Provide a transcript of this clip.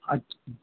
अच्छा